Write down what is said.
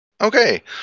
okay